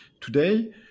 today